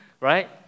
right